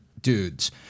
dudes